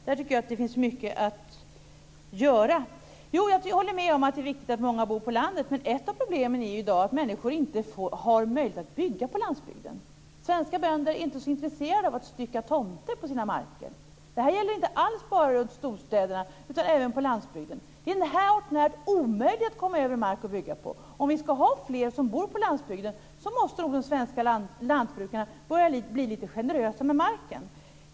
Jag tycker att det här finns mycket att göra. Jag håller med om att det är viktigt att många bor på landet. Men ett av problemen i dag är ju att människor inte har möjlighet att bygga på landsbygden. Svenska bönder är inte så intresserade av att stycka tomter på sina marker. Det här gäller inte alls bara runt storstäderna utan även på landsbygden. Det är hart när omöjligt att komma över mark att bygga på. Om fler ska bo på landsbygden måste också de svenska lantbrukarna börja bli lite generösa med marken.